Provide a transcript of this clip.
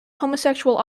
homosexual